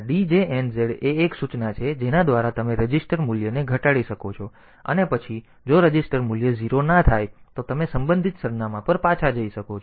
તેથી આ DJNZ એ એક સૂચના છે જેના દ્વારા તમે રજિસ્ટર મૂલ્યને ઘટાડી શકો છો અને પછી જો રજિસ્ટર મૂલ્ય 0 ન થાય તો તમે સંબંધિત સરનામાં પર પાછા જઈ શકો છો